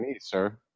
sir